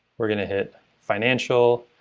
we're going to hit financial,